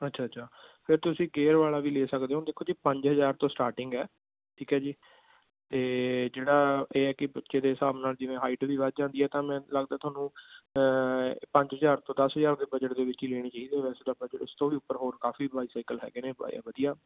ਅੱਛਾ ਅੱਛਾ ਫਿਰ ਤੁਸੀਂ ਗੇਅਰ ਵਾਲਾ ਵੀ ਲੈ ਸਕਦੇ ਹੋ ਦੇਖੋ ਜੀ ਪੰਜ ਹਜ਼ਾਰ ਤੋਂ ਸਟਾਰਟਿੰਗ ਹੈ ਠੀਕ ਹੈ ਜੀ ਅਤੇ ਜਿਹੜਾ ਇਹ ਹੈ ਕਿ ਬੱਚੇ ਦੇ ਹਿਸਾਬ ਨਾਲ ਜਿਵੇਂ ਹਾਈਟ ਵੀ ਵੱਧ ਜਾਂਦੀ ਹੈ ਤਾਂ ਮੈਨੂੰ ਲੱਗਦਾ ਤੁਹਾਨੂੰ ਪੰਜ ਹਜ਼ਾਰ ਤੋਂ ਦਸ ਹਜ਼ਾਰ ਦੇ ਬਜਟ ਦੇ ਵਿੱਚ ਹੀ ਲੈਣੀ ਚਾਹੀਦੀ ਆ ਵੈਸੇ ਤਾਂ ਬਜਟ ਉਸ ਤੋਂ ਵੀ ਉੱਪਰ ਹੋਰ ਕਾਫ਼ੀ ਬਾਈਸਾਈਕਲ ਹੈਗੇ ਨੇ ਪਏ ਵਧੀਆ